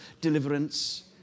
deliverance